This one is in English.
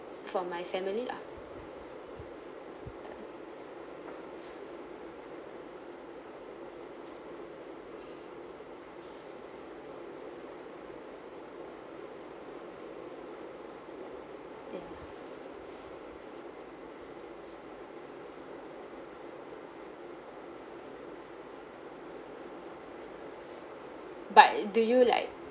for my family lah ya eh but do you like